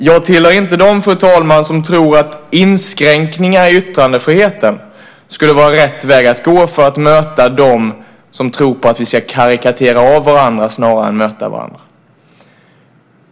Jag tillhör inte dem, fru talman, som tror att inskränkningar i yttrandefriheten skulle vara rätt väg att gå för att möta dem som tror på att vi ska karikera av varandra snarare än möta varandra.